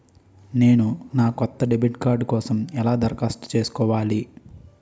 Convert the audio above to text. నేను నా కొత్త డెబిట్ కార్డ్ కోసం ఎలా దరఖాస్తు చేసుకోవాలి?